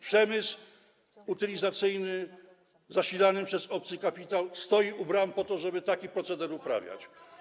Przemysł utylizacyjny, zasilany przez obcy kapitał, stoi u bram, po to żeby taki proceder uprawiać.